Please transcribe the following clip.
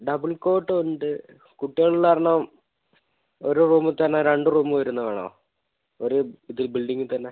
double cot ഉണ്ട് കുട്ടികളുള്ള കാരണം ഒരു റൂമിൽ തന്നെ രണ്ട് റൂം വരുന്നത് വേണോ ഒരു ബിൽഡിങ്ങിൽ തന്നെ